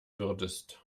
würdest